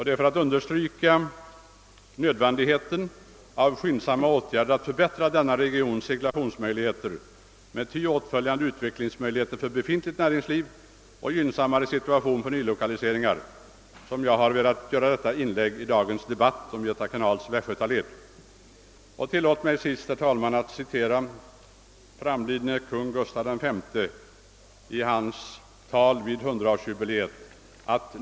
Det är för att understryka nödvändigheten av skyndsammma åtgärder att förbättra denna regions <seglationsmöjligheter med ty åtföljande utvecklingsmöjligheter för befintligt näringsliv och gynnsammare situation för nylokaliseringar som jag velat göra detta inlägg i dagens debatt om Göta kanals västgötaled. Tillåt mig till sist, herr talman, när kanalen nu är 147 år att återge vad framlidne konung Gustaf V sade i sitt tal vid 100-årsjubiléet av Göta kanals västgötaled.